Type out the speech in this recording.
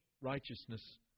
righteousness